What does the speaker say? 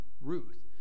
Ruth